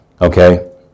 Okay